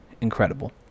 incredible